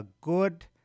good